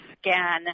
scan